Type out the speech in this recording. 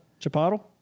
Chipotle